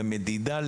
במדידה,